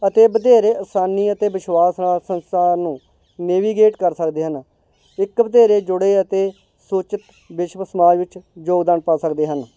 ਅਤੇ ਵਧੇਰੇ ਆਸਾਨੀ ਅਤੇ ਵਿਸ਼ਵਾਸ਼ ਨਾਲ ਸੰਸਾਰ ਨੂੰ ਨੇਵੀਗੇਟ ਕਰ ਸਕਦੇ ਹਨ ਇੱਕ ਵਧੇਰੇ ਜੁੜੇ ਅਤੇ ਸੂਚਿਤ ਵਿਸ਼ਵ ਸਮਾਜ ਵਿੱਚ ਯੋਗਦਾਨ ਪਾ ਸਕਦੇ ਹਨ